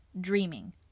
dreaming